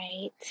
Right